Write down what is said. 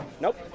Nope